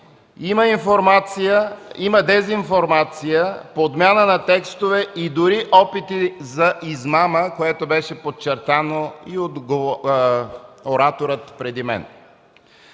Има дезинформация, подмяна на текстове и дори опити за измама, което беше подчертано и от оратора преди мен.